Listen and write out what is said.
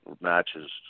matches